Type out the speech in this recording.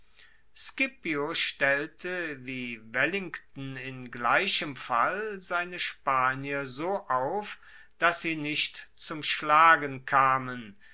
scipio stellte wie wellington in gleichem fall seine spanier so auf dass sie nicht zum schlagen kamen